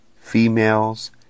females